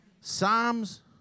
psalms